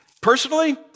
personally